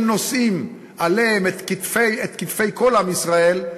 הם נושאים על כתפיהם את כל עם ישראל,